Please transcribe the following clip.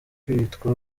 kwitwa